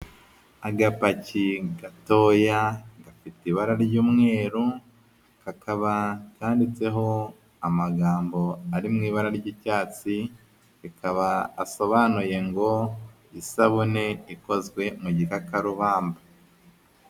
Agapaki gatoya gafite ibara ry'umweru, kakaba kanditseho amagambo ari mu ibara ry'icyatsi, bikaba asobanuye ngo isabune ikozwe mu gikakarubamba.